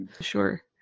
Sure